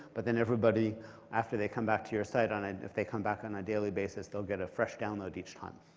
but then everybody after they come back to your site, and if they come back on a daily basis they'll get a fresh download each time.